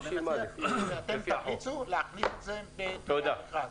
שאתם תחליטו להכניס את זה למכרז.